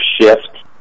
shift